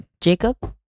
Jacob